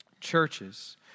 churches